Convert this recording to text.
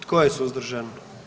Tko je suzdržan?